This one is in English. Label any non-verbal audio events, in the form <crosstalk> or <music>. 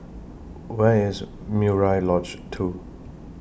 <noise> Where IS Murai Lodge two